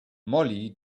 mollie